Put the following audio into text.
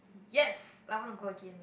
yes I want to go again